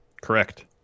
Correct